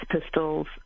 Pistols